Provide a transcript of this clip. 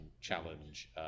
challenge